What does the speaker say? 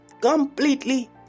Completely